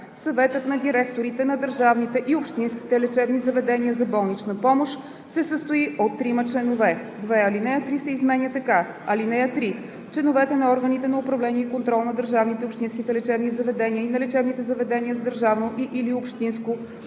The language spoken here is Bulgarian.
„Съветът на директорите на държавните и общинските лечебни заведения за болнична помощ се състои от трима членове.“ 2. Алинея 3 се изменя така: „(3) Членовете на органите на управление и контрол на държавните и общинските лечебни заведения и на лечебните заведения с държавно и/или общинско